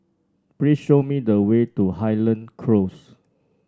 please show me the way to Highland Close